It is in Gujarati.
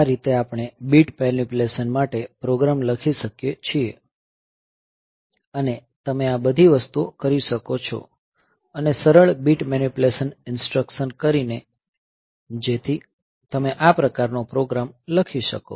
આ રીતે આપણે બીટ મેનીપ્યુલેશન માટે પ્રોગ્રામ લખી શકીએ છીએ અને તમે આ બધી વસ્તુઓ કરી શકો છો અને સરળ બીટ મેનીપ્યુલેશન ઈન્સ્ટ્રકશન કરીને જેથી તમે આ પ્રકારનો પ્રોગ્રામ લખી શકો